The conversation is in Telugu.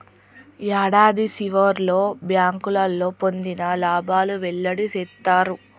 యాడాది సివర్లో బ్యాంకోళ్లు పొందిన లాబాలు వెల్లడి సేత్తారు